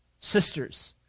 sisters